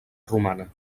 romana